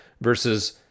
Versus